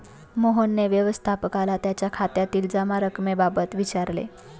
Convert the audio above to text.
मोहनने व्यवस्थापकाला त्याच्या खात्यातील जमा रक्कमेबाबत विचारले